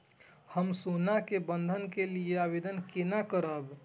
हम सोना के बंधन के लियै आवेदन केना करब?